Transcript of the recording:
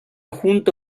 junto